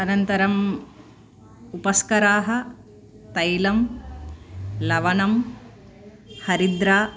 अनन्तरम् उपस्कराः तैलं लवणं हरिद्रा